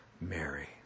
Mary